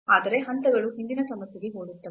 ಆದರೆ ಹಂತಗಳು ಹಿಂದಿನ ಸಮಸ್ಯೆಗೆ ಹೋಲುತ್ತವೆ